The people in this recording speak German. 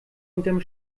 unterm